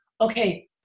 Okay